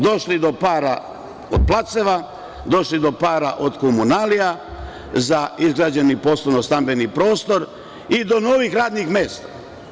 Došli do para od placeva, došli do para od komunalija za izgrađeni poslovno-stambeni prostor i do novih radnih mesta.